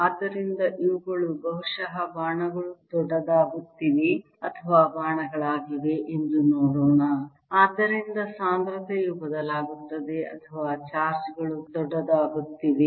ಆದ್ದರಿಂದ ಇವುಗಳು ಬಹುಶಃ ಬಾಣಗಳು ದೊಡ್ಡದಾಗುತ್ತಿವೆ ಅಥವಾ ಬಾಣಗಳಾಗಿವೆ ಎಂದು ನೋಡೋಣ ಆದ್ದರಿಂದ ಸಾಂದ್ರತೆಯು ಬದಲಾಗುತ್ತದೆ ಅಥವಾ ಚಾರ್ಜ್ ಗಳು ದೊಡ್ಡದಾಗುತ್ತಿವೆ